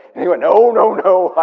he went no, no, no.